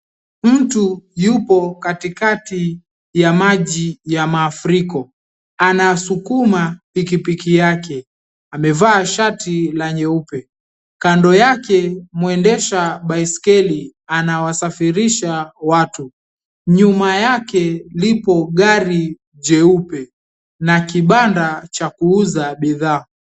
Mtu yupo katikati ya maji ya mafuriko anasukuma pikipiki yake, amevaa shati la nyeupe. Kando yake muendesha baiskeli anawasafirisha watu. Nyuma yake lipo gari jeupe na kibanda cha kuuza bidhaa.